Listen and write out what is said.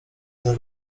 ale